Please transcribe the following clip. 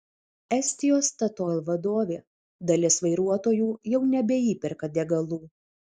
estijos statoil vadovė dalis vairuotojų jau nebeįperka degalų